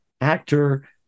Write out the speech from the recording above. actor